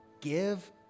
give